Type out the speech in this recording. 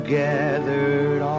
gathered